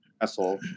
asshole